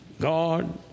God